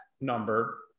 number